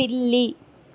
పిల్లి